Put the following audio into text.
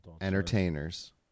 entertainers